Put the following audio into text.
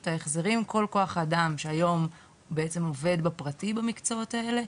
את ההחזרים כל כוח אדם שהיום בעצם עובד בפרטי במקצועות האלה,